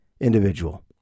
individual